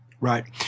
Right